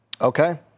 Okay